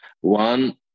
one